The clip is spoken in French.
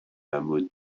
hameau